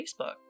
facebook